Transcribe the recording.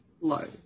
low